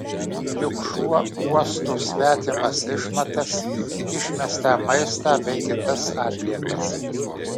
juk šuo uosto svetimas išmatas išmestą maistą bei kitas atliekas